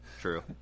true